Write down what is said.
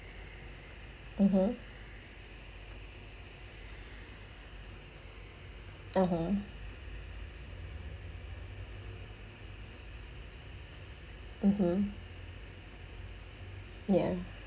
(uh huh) (uh huh) (uh huh) ya